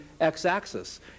x-axis